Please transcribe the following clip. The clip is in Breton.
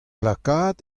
lakaat